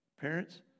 Parents